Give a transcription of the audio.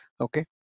Okay